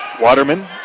Waterman